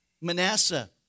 Manasseh